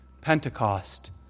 Pentecost